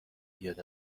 بیاد